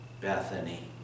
Bethany